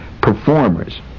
performers